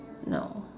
no